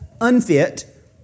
unfit